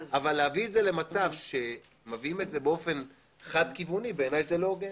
אבל להביא את זה למצב באופן חד כיווני בעיניי זה לא הוגן.